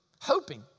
hoping